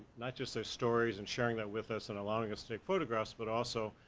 not just their stories and sharing that with us and allowing us to take photographs, but also,